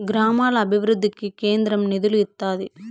గ్రామాల అభివృద్ధికి కేంద్రం నిధులు ఇత్తాది